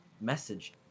message